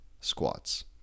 squats